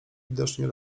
widocznie